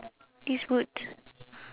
this boots